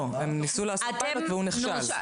לא, הם ניסו לעשות פיילוט, והוא נכשל.